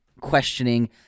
questioning